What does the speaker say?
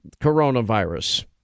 coronavirus